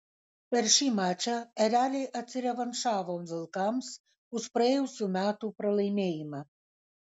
per šį mačą ereliai atsirevanšavo vilkams už praėjusių metų pralaimėjimą